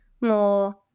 more